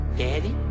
Daddy